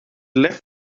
left